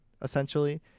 Essentially